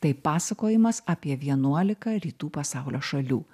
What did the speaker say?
tai pasakojimas apie vienuolika rytų pasaulio šalių